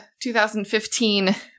2015